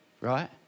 Right